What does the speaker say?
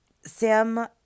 Sam